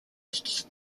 its